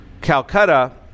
Calcutta